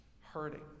hurting